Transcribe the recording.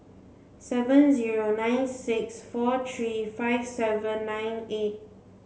seven zero nine six four three five seven nine eight